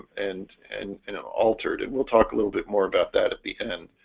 and and you know altered and we'll talk a little bit more about that the end,